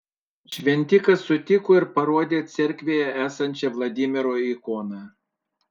šventikas sutiko ir parodė cerkvėje esančią vladimiro ikoną